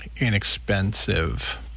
inexpensive